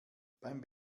beim